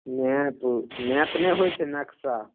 map होइ map नहि होय छै नक्शा